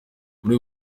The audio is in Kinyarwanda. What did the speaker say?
muri